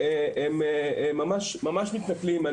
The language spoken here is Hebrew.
הן ממש מתנכלים.